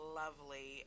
lovely